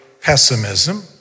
pessimism